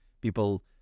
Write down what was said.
people